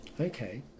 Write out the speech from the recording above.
Okay